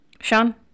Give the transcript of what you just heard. Sean